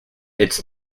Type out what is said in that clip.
its